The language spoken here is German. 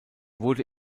wurde